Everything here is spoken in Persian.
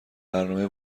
برنامه